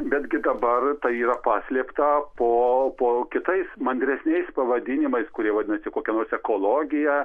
betgi dabar tai yra paslėpta po po kitais mandresniais pavadinimai kurie vadinasi kokia nors ekologija